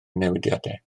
newidiadau